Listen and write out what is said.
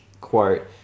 Quote